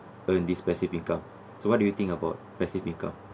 earn this passive income so what do you think about passive income